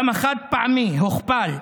גם החד-פעמי הוכפל.